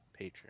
Patreon